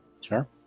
Sure